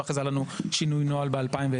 ואז היה לנו שינוי נוהל ב-2020.